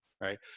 right